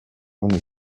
any